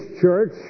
church